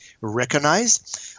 recognized